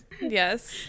Yes